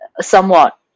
somewhat